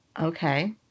Okay